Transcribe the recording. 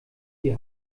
die